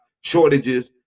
shortages